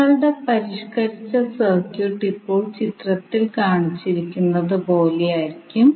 നിങ്ങളുടെ പരിഷ്ക്കരിച്ച സർക്യൂട്ട് ഇപ്പോൾ ചിത്രത്തിൽ കാണിച്ചിരിക്കുന്നതു പോലെ ആയിരിക്കും